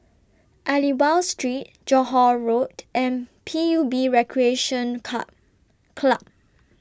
Aliwal Street Johore Road and P U B Recreation Car Club